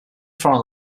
foreign